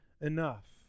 enough